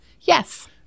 Yes